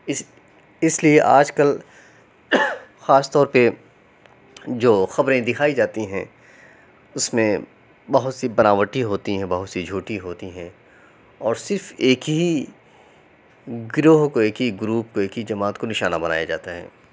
اِس اِس لیے آج کل خاص طور پہ جو خبریں دکھائی جاتی ہیں اُس میں بہت سی بناوٹی ہوتی ہیں بہت سی جھوٹی ہوتی ہیں اور صرف ایک ہی گروہ کو ایک ہی گروپ ایک ہی جماعت کو نشانہ بنایا جاتا ہے